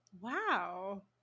wow